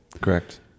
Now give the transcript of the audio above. Correct